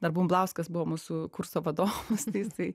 dar bumblauskas buvo mūsų kurso vadovas tai jisai